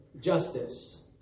justice